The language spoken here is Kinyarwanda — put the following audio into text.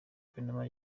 guverinoma